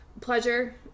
pleasure